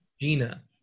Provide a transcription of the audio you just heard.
Gina